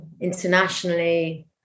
internationally